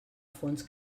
fons